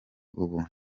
ubu